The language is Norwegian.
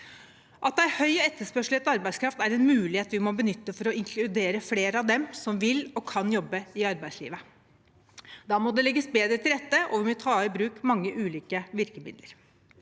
At det er høy etterspørsel etter arbeidskraft, er en mulighet vi må benytte for å inkludere flere av dem som vil og kan jobbe, i arbeidslivet. Da må det legges bedre til rette, og vi må ta i bruk mange ulike virkemidler.